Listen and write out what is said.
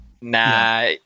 nah